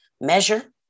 measure